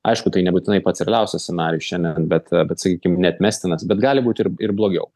aišku tai nebūtinai pats realiausias scenarijus šiandien bet bet sakykim neatmestinas bet gali būti ir ir blogiau